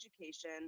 education